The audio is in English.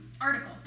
article